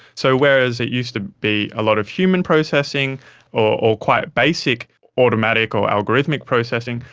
so whereas it used to be a lot of human processing or or quite basic automatic or algorithmic processing,